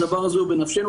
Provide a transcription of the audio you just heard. הדבר הזה הוא בנפשנו,